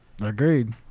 Agreed